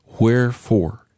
Wherefore